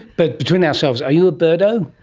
but between ourselves, are you a birdo?